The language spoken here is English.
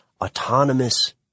autonomous